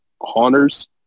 haunters